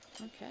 Okay